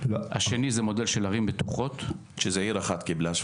המודל השני זה מודל של ערים בטוחות -- שעיר אחת קיבלה את זה,